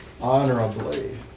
honorably